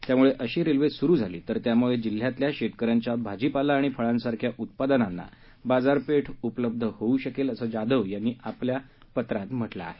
त्यामुळे अशी रेल्वे सुरु झाली तर त्यामुळे जिल्ह्यातल्या शेतकऱ्यांच्या भाजीपाला आणि फळांसारख्या उत्पादनांना बाजारपेठ उपलब्ध होऊ शकेल असं जाधव यांनी आपल्या निवेदनात म्हटलं आहे